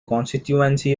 constituency